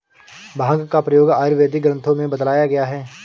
भाँग का प्रयोग आयुर्वेदिक ग्रन्थों में बतलाया गया है